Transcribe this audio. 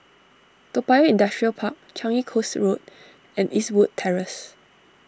Toa Payoh Industrial Park Changi Coast Road and Eastwood Terrace